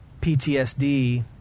PTSD